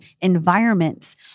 environments